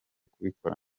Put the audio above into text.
kubikora